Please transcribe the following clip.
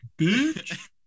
bitch